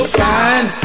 fine